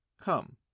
Come